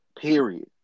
period